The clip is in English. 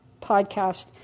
podcast